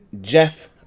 Jeff